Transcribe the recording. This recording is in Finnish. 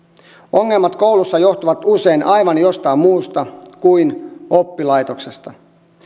ongelmat koulussa johtuvat usein aivan jostain muusta kuin oppilaitoksesta